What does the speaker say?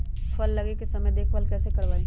फल लगे के समय देखभाल कैसे करवाई?